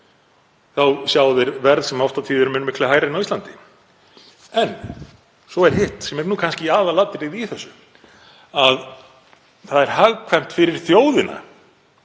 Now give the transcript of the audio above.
þá sjá þeir verð sem oft og tíðum er miklu hærra en á Íslandi. En svo er hitt, sem er kannski aðalatriðið í þessu, að það er hagkvæmt fyrir þjóðina,